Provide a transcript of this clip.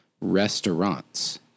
restaurants